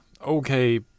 Okay